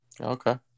Okay